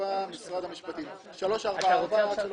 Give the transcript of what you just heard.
344 עד 347,